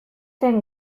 zen